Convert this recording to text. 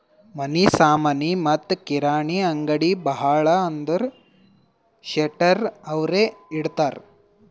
ಮನಿ ಸಾಮನಿ ಮತ್ತ ಕಿರಾಣಿ ಅಂಗ್ಡಿ ಭಾಳ ಅಂದುರ್ ಶೆಟ್ಟರ್ ಅವ್ರೆ ಇಡ್ತಾರ್